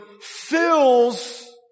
fills